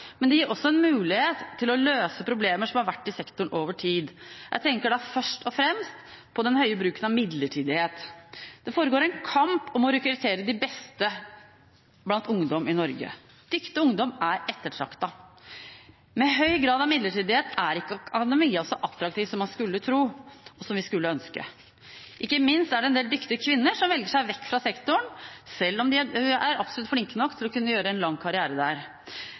men det gir også en mulighet til å løse problemer som har vært i sektoren over tid. Jeg tenker da først og fremst på den høye bruken av midlertidighet. Det foregår en kamp om å rekruttere de beste blant ungdom i Norge. Dyktig ungdom er ettertraktet. Med høy grad av midlertidighet er ikke akademia så attraktiv som man skulle tro, og som vi skulle ønske. Ikke minst er det en del dyktige kvinner som velger seg vekk fra sektoren, selv om de er absolutt flinke nok til å kunne gjøre en lang karriere der.